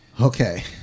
Okay